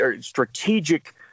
strategic